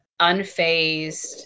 unfazed